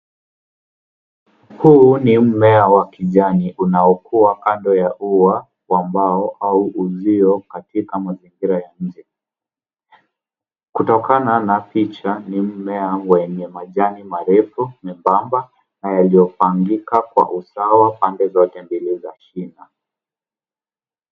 Huu ni mmea wa kijani unaokua kando ya ua wa mbao au uzio katika mazingira ya nje. Kutokana na picha, ni mmea wenye majani marefu, mebamba na yaliyopangika kwa usawa pande zote mbili za shina.